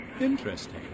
Interesting